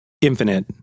infinite